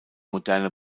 moderne